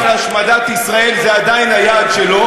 של השמדת ישראל זה עדיין היעד שלו,